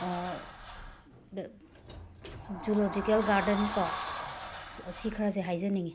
zoological garden ꯀꯣ ꯁ ꯁꯤ ꯈꯔꯖꯦ ꯍꯥꯏꯖꯅꯤꯡꯉꯤ